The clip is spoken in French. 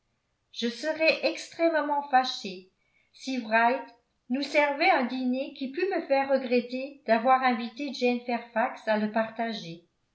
je serais extrêmement fâchée si wright nous servait un dîner qui pût me faire regretter d'avoir invité jane fairfax à le partager